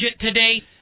today